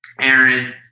Aaron